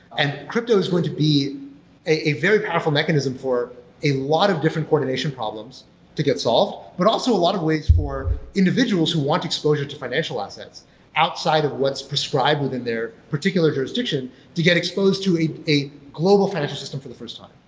and crypto is going to be a very powerful mechanism for a lot of different coordination problems to get solves. but also a lot of ways for individuals who want exposure to financial assets outside of what's prescribed within their particular jurisdiction to get exposed to a a global financial system for the first time.